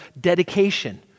dedication